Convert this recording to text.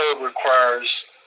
requires